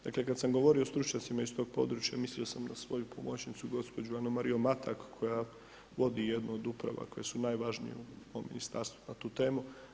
Dakle, kad sam govorio o stručnosti iz tog područja mislio sam na svoju pomoćnicu gospođu Anu-Mariju Matak koja vodi jednu od uprava koje su najvažnije u mom Ministarstvu na tu temu.